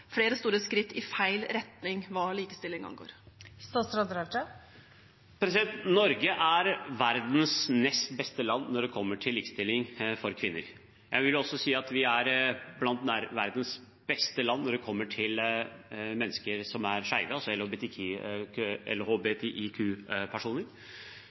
flere store skritt i feil retning hva likestilling angår? Norge er verdens nest beste land når det kommer til likestilling for kvinner. Jeg vil også si at vi er blant verdens beste land når det kommer til mennesker som er skeive